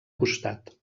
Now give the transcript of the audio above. costat